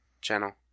channel